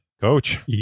coach